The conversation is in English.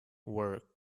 work